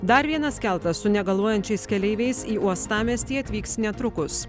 dar vienas keltas su negaluojančiais keleiviais į uostamiestį atvyks netrukus